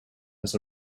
has